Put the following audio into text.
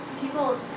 people